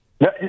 No